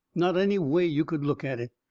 not any way you could look at it.